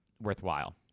worthwhile